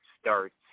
starts